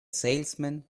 salesman